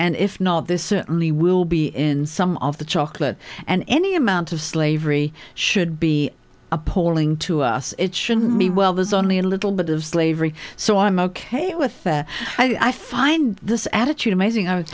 and if not this certainly will be in some of the chocolate and any amount of slavery should be appalling to us it should be well there's only a little bit of slavery so i'm ok with there i find this attitude amazing i was